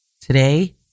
today